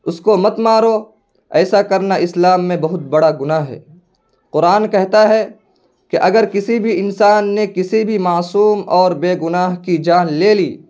اس کو مت مارو ایسا کرنا اسلام میں بہت بڑا گناہ ہے قرآن کہتا ہے کہ اگر کسی بھی انسان نے کسی بھی معصوم اور بے گناہ کی جان لے لی